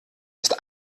ist